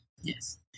Yes